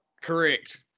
Correct